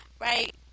right